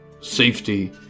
safety